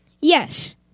Yes